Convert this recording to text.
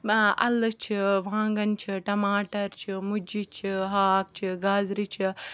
اَلہٕ چھِ وانٛگَن چھِ ٹَماٹَر چھِ مُجہِ چھِ ہاکھ چھِ گازرِ چھِ